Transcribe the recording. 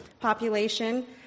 population